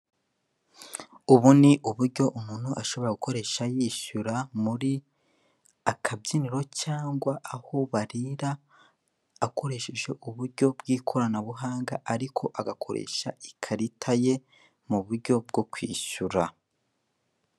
Ubu uburyo umuntu ashobora gukorera y'ishyura muri akabyiniro cyangwa aho barira akoresheje uburyo bw'ikoranabuhanga ariko agakoresha ikarita ye muburyo bwo kwishyura.